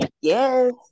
Yes